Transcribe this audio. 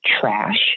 trash